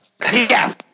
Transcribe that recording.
Yes